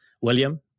William